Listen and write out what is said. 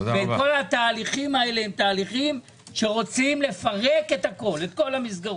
כל התהליכים האלה רוצים לפרק את כל המסגרות.